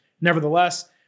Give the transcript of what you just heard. Nevertheless